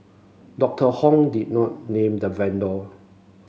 Doctor Hon did not name the vendor